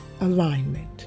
alignment